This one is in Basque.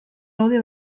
gaude